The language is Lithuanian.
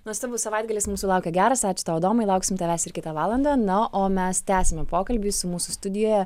nuostabus savaitgalis mūsų laukia geras ačiū tau adomai lauksim tavęs ir kitą valandą na o mes tęsime pokalbį su mūsų studijoje